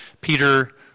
Peter